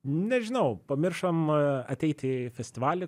nežinau pamiršom ateiti į festivalį